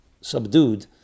subdued